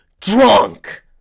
drunk